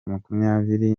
makumyabiri